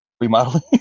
remodeling